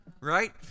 Right